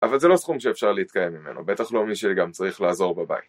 אבל זה לא סכום שאפשר להתקיים ממנו, בטח לא מי שגם צריך לעזור בבית.